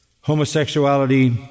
homosexuality